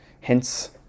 Hence